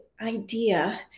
idea